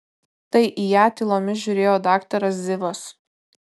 tai į ją tylomis žiūrėjo daktaras zivas